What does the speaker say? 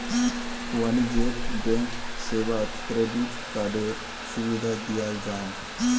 वाणिज्यिक बैंक सेवात क्रेडिट कार्डएर सुविधा दियाल जाहा